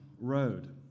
road